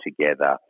together